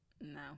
No